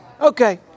Okay